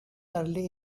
early